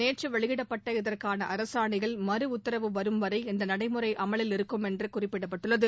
நேற்று வெளியிடப்பட்ட இதற்கான அரசாணையில் மறுஉத்தரவு வரும் வரை இந்த நடைமுறை அமலில் இருக்கும் என்று குறிப்பிடப்பட்டுள்ளது